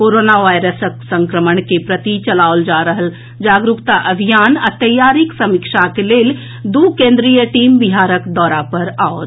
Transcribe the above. corona वायरसक संक्रमण के प्रति चलाओल जा रहल जागरूकता अभियान आ तैयारीक समीक्षाक लेल दू केंद्रीय टीम बिहारक दौरा पर आओत